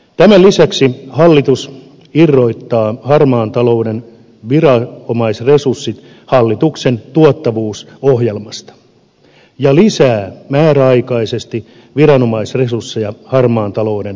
tämän lisäksi hallitus irrottaa harmaan talouden viranomaisresurssit hallituksen tuottavuusohjelmasta ja lisää määräaikaisesti viranomaisresursseja harmaan talouden torjuntaan